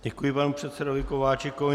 Děkuji panu předsedovi Kováčikovi.